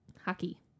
Hockey